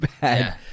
bad